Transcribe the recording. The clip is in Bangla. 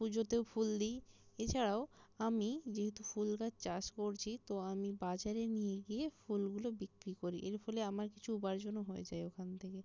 পুজোতেও ফুল দিই এছাড়াও আমি যেহেতু ফুল গাছ চাষ করছি তো আমি বাজারে নিয়ে গিয়ে ফুলগুলো বিক্রি করি এর ফলে আমার কিছু উপার্জনও হয়ে যায় ওখান থেকে